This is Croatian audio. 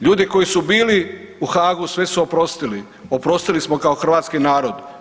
Ljudi koji su bili u Haagu sve su oprostili, oprostili smo kao hrvatski narod.